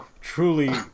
truly